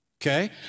okay